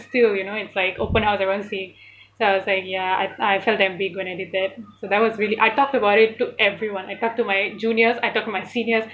still you know it's like open house everyone is seeing so I was like ya I I felt damn big when I did that so that was really I talked about it to everyone I talk to my juniors I talk to my seniors